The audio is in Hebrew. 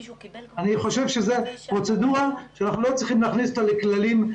זאת פרוצדורה שאנחנו לא צריכים להכניס אותה לכללים.